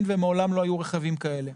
אין ומעולם לא היו רכבים כאלה.